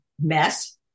mess